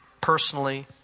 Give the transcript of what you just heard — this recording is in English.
personally